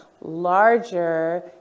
larger